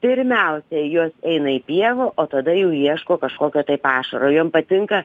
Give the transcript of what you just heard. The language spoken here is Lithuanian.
pirmiausia jos eina į pievą o tada jau ieško kažkokio tai pašaro jom patinka